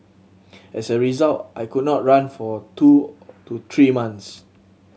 as a result I could not run for two to three months